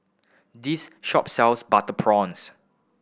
this shop sells butter prawns